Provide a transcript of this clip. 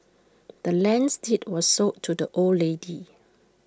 the land's deed was sold to the old lady